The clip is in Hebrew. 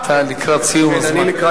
אתה לקראת סיום הזמן.